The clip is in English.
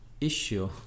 issue